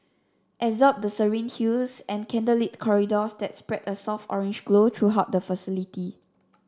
absorb the serene hues and candlelit corridors that spread a soft orange glow throughout the facility